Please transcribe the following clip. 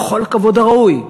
בכל הכבוד הראוי,